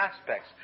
aspects